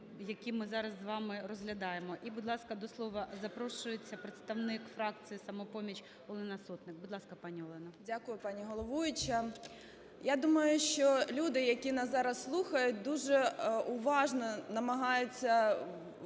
Я думаю, що люди, які нас зараз слухають дуже уважно, намагаються,